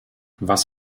was